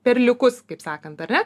perliukus kaip sakant ar ne